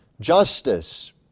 justice